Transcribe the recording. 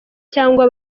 cyangwa